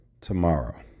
tomorrow